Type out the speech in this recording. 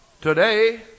Today